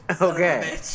Okay